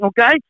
Okay